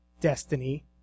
destiny